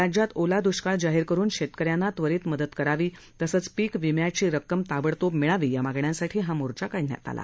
राज्यात ओला द्रष्काळ जाहीर करुन शेतकऱ्यांना त्वरीत मदत करावी तसंच पीक विम्याची रक्कम ताबडतोब मिळावी या मागण्यांसाठी हा मोर्चा काढण्यात आला